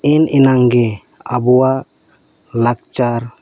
ᱮᱱ ᱮᱱᱟᱝᱜᱮ ᱟᱵᱚᱣᱟᱜ ᱞᱟᱠᱪᱟᱨ